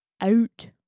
Out